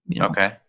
Okay